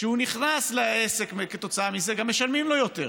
שהוא נכנס לעסק וכתוצאה מזה גם משלמים לו יותר,